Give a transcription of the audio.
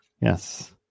Yes